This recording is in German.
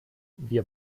wir